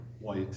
white